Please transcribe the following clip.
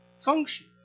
function